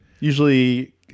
Usually